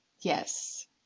yes